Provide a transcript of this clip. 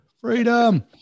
freedom